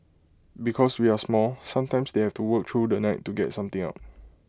because we are small sometimes they have to work through the night to get something out